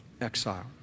exile